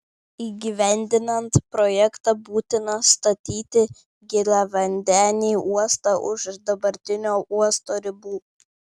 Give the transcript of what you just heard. įgyvendinant projektą būtina statyti giliavandenį uostą už dabartinio uosto ribų